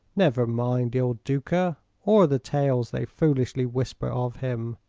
never mind il duca, or the tales they foolishly whisper of him.